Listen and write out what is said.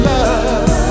Love